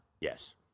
Yes